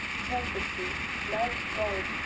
perfectly like god,